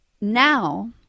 now